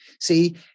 See